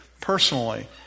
personally